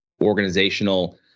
organizational